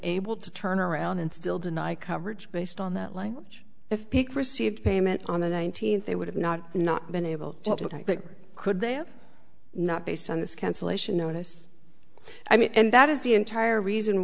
able to turn around and still deny coverage based on that language if he received payment on the nineteenth they would have not not been able to look like that could they have not based on this cancellation notice i mean and that is the entire reason